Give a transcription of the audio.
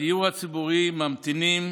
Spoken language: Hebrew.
בדיור הציבורי ממתינות